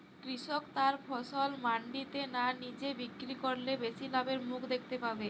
কৃষক তার ফসল মান্ডিতে না নিজে বিক্রি করলে বেশি লাভের মুখ দেখতে পাবে?